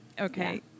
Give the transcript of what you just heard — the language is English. okay